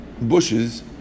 bushes